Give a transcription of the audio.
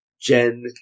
Jen